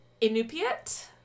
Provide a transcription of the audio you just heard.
Inupiat